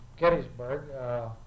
Gettysburg